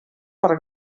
per